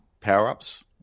power-ups